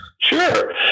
Sure